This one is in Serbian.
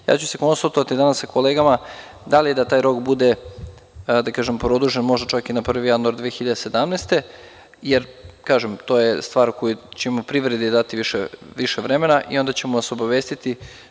Ja ću se konsultovati danas sa kolegama da li da taj rok bude da kažem produžen čak i na 1. januar 2017. godine, jer to je stvar kojom ćemo privredi dati više vremena i onda ćemo vas obavestiti.